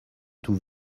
tout